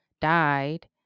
died